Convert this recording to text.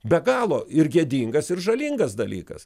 be galo ir gėdingas ir žalingas dalykas